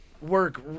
work